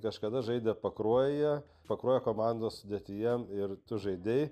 kažkada žaidė pakruojyje pakruojo komandos sudėtyje ir tu žaidei